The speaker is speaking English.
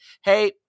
hey